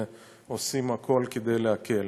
ועושים הכול כדי להקל.